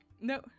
no